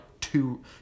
two